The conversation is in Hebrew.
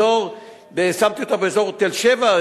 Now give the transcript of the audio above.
שמתי אותו באזור תל-שבע,